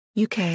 UK